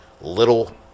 little